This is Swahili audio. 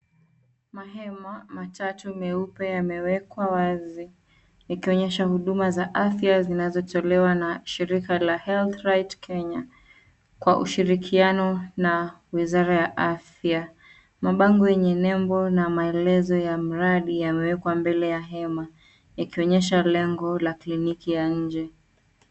Mahema matatu meupe yamewekwa wazi ikionyesha huduma za afya zinazotolewa na shirika la HEALTH RIGHT KENYA kwa ushirikiano na wizara ya afya. Mabango yenye nembo na maelezo ya mradi yamewekwa mbele ya hema ikionyesha lengo ya kliniki ya nje.